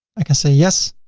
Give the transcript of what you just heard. i can say yes.